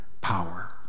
power